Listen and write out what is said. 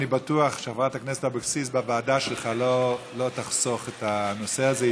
אני בטוח שבוועדה חברת הכנסת אבקסיס לא תחסוך בנושא הזה,